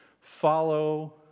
follow